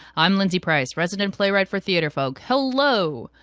i'm lindsay price, resident playwright for theatrefolk. hello!